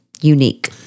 unique